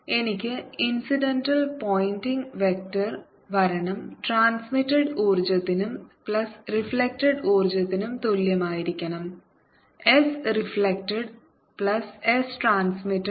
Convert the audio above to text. എനിക്ക് ഇൻസിഡന്റ്ൽ Poynting vector വരണംട്രാൻസ്മിറ്റഡ് ഊർജ്ജത്തിനും പ്ലസ് റിഫ്ലെക്ടഡ് ഊർജ്ജത്തിനും തുല്യമായിരിക്കണം s reflected plus s transmitted